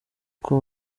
uko